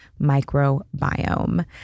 microbiome